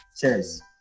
Cheers